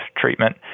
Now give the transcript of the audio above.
treatment